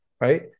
right